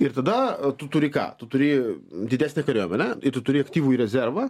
ir tada tu turi ką tu turi didesnę kariuomenę ir turi aktyvųjį rezervą